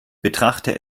betrachte